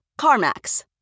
CarMax